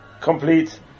complete